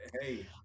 hey